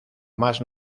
más